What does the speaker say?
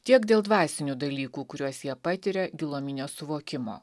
tiek dėl dvasinių dalykų kuriuos jie patiria giluminio suvokimo